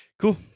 Cool